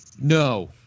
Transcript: No